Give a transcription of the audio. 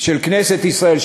של כנסת ישראל,